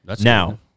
Now